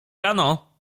rano